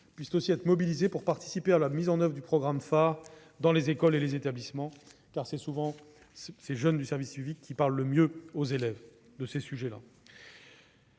puissent être mobilisés pour participer à la mise en oeuvre du programme pHARe dans les écoles et les établissements- ce sont souvent ces jeunes qui parlent le mieux aux élèves de tels sujets.